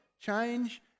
change